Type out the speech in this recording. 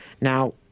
Now